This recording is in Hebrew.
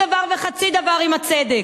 דבר וחצי דבר עם הצדק.